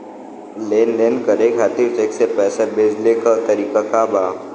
लेन देन करे खातिर चेंक से पैसा भेजेले क तरीकाका बा?